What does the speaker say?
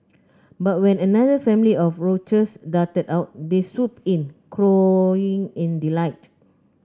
but when another family of roaches darted out they swooped in cawing in delight